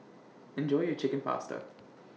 Enjoy your Chicken Pasta